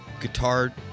guitar